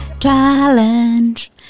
Challenge